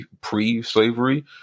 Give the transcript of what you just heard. pre-slavery